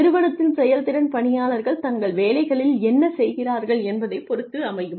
நிறுவனத்தின் செயல்திறன் பணியாளர்கள் தங்கள் வேலைகளில் என்ன செய்கிறார்கள் என்பதைப் பொறுத்து அமையும்